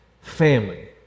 family